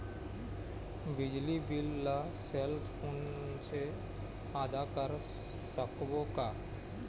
बिजली बिल ला cell phone से आदा कर सकबो का?